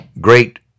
great